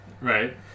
Right